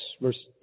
verse